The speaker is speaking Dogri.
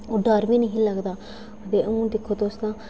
ओह् डर बी नेईं हा लगदा ते हून तुस दिक्खो तां